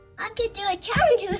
i could do a challenge with